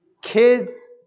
kids